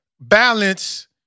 balance